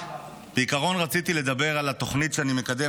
בעיקרון רציתי לדבר על התוכנית שאני מקדם.